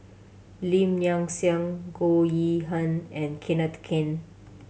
Lim Nang Seng Goh Yihan and Kenneth Keng